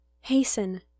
hasten